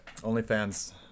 OnlyFans